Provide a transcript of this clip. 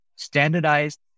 standardized